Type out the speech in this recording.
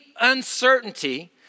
uncertainty